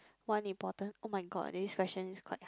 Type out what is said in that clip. one important oh-my-god this question is got ya